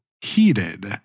heated